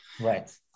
right